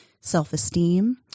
self-esteem